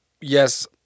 yes